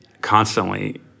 constantly